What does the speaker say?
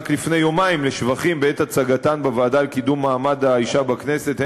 רק לפני יומיים לשבחים בעת הצגתן בוועדה לקידום מעמד האישה בכנסת,